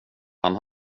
han